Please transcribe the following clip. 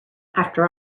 after